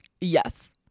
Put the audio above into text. Yes